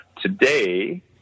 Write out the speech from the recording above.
today